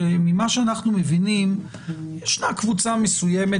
כי ממה שאנחנו מבינים ישנה קבוצה מסוימת